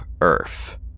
Earth